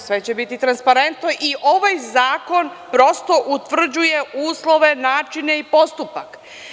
Sve će biti transparentno i ovaj zakon prosto utvrđuje uslove, načine i postupak.